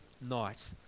night